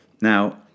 Now